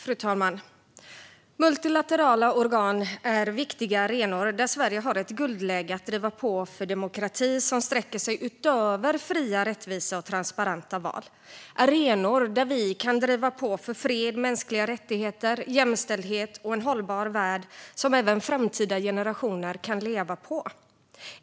Fru talman! Multilaterala organ är viktiga arenor där Sverige har ett guldläge att driva på för demokrati som sträcker sig utöver fria, rättvisa och transparenta val. Det är arenor där vi kan driva på för fred, mänskliga rättigheter, jämställdhet och en hållbar värld som även framtida generationer kan leva i.